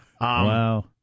Wow